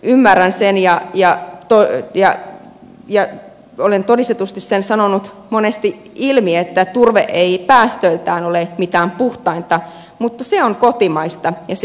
ymmärrän sen ja olen todistetusti sen sanonut monesti ilmi että turve ei päästöiltään ole mitään puhtainta mutta se on kotimaista ja se työllistää